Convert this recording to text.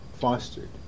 fostered